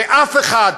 שאף אחד,